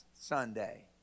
Sunday